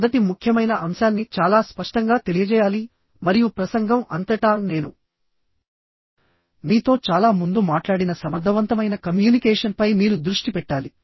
మొదటి ముఖ్యమైన అంశాన్ని చాలా స్పష్టంగా తెలియజేయాలి మరియు ప్రసంగం అంతటా నేను మీతో చాలా ముందు మాట్లాడిన సమర్థవంతమైన కమ్యూనికేషన్పై మీరు దృష్టి పెట్టాలి